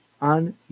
On